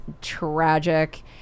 tragic